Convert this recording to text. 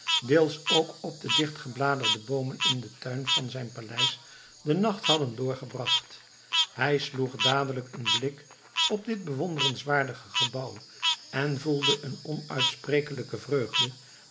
deels ook op de dichtbebladerde boomen in den tuin van zijn paleis den nacht hadden doorgebracht hij sloeg dadelijk een blik op dit bewonderenswaardige gebouw en voelde een onuitsprekelijke vreugde